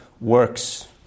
works